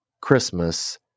Christmas